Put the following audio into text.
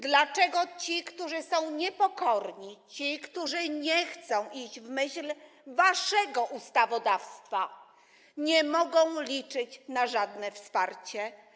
Dlaczego ci, którzy są niepokorni, ci, którzy nie chcą iść w myśl waszego ustawodawstwa, nie mogą liczyć na żadne wsparcie?